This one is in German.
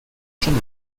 schon